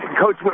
coach